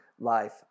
life